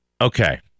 okay